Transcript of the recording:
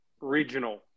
regional